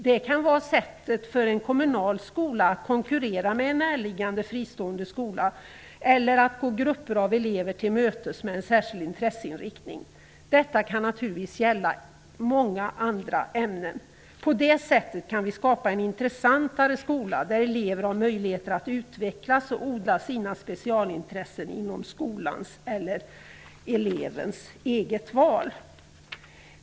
Detta kan vara ett sätt för en kommunal skola att konkurrera med en närliggande fristående skola eller att gå grupper av elever till mötes med en särskild intresseinriktning. Detta kan naturligtvis gälla många andra ämnen. På det sättet kan vi skapa en intressantare skola, där elever har möjligheter att utvecklas och odla sina specialintressen inom skolans eller elevens eget val.